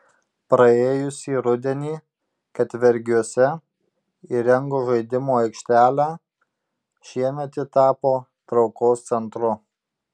praėjusį rudenį ketvergiuose įrengus žaidimų aikštelę šiemet ji tapo traukos centru